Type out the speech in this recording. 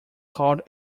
called